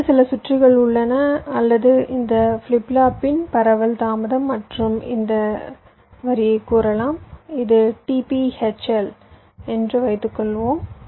இடையில் சில சுற்றுகள் உள்ளன அல்லது இந்த ஃபிளிப் ஃப்ளாப்பின் பரவல் தாமதம் மற்றும் இந்த வரியைக் கூறலாம் இது t p hl என்று வைத்துக்கொள்வோம்